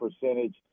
percentage